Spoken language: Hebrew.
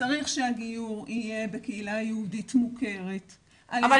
צריך שהגיור יהיה בקהילה יהודית מוכרת --- אבל,